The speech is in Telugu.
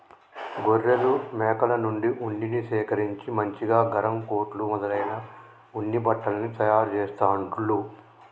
గొర్రెలు మేకల నుండి ఉన్నిని సేకరించి మంచిగా గరం కోట్లు మొదలైన ఉన్ని బట్టల్ని తయారు చెస్తాండ్లు